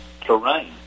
terrain